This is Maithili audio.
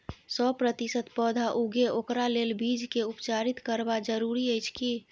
सौ प्रतिसत पौधा उगे ओकरा लेल बीज के उपचारित करबा जरूरी अछि की?